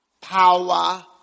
power